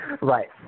right